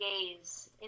gaze